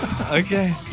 Okay